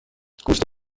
گوشت